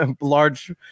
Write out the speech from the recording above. large